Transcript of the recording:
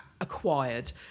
acquired